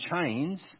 chains